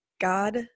God